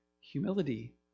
humility